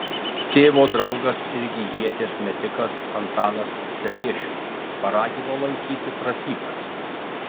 tėvo draugas irgi ieties metikas antanas celiešius paragino lankyti pratybas